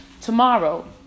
tomorrow